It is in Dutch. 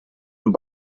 een